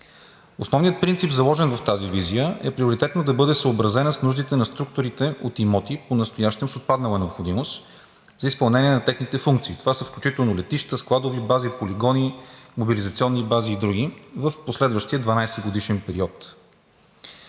Основният принцип, заложен в тази визия, е приоритетно да бъде съобразена с нуждите на структурите от имоти по настоящем с отпаднала необходимост за изпълнение на техните функции, това са включително летища, складови бази, полигони, мобилизационни бази и други в последващия 12-годишен период.